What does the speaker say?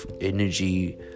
energy